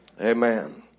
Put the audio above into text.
Amen